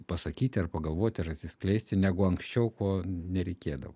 pasakyti ar pagalvoti ar atsiskleisti negu anksčiau ko nereikėdavo